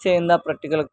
change the particular